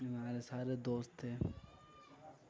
ہمارے سارے دوست تھے